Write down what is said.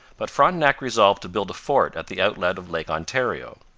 but frontenac resolved to build a fort at the outlet of lake ontario.